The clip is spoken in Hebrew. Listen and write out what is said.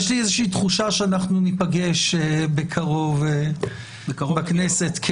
יש לי תחושה שניפגש בקרוב בכנסת.